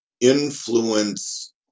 influence